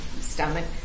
stomach